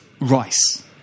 Rice